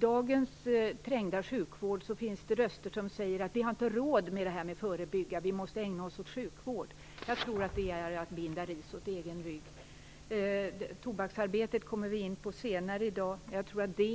I dagens trängda sjukvård finns det röster som säger att vi inte har råd att förebygga, vi måste ägna oss åt sjukvård. Jag tror att det är att binda ris åt egen rygg. Tobaksarbetet kommer vi in på senare i dag, men jag tror att det